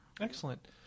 Excellent